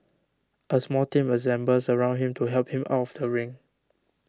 a small team assembles around him to help him out of the ring